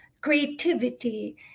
creativity